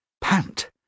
pant